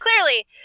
Clearly